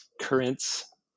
currents